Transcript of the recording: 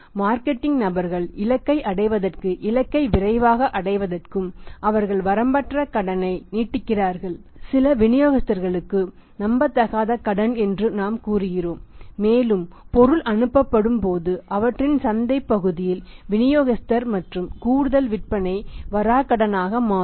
marketing நபர்கள் இலக்கை அடைவதற்கும் இலக்கை விரைவாக அடைவதற்கும் அவர்கள் வரம்பற்ற கடனை நீட்டிக்கிறார்கள் சில விநியோகஸ்தர்களுக்கு நம்பத்தகாத கடன் என்று நாம் கூறுகிறோம் மேலும் பொருள் அனுப்பப்படும் போது அவற்றின் சந்தைப் பகுதியில் விநியோகஸ்தர் மற்றும் கூடுதல் விற்பனை வராக்கடனாக மாறும்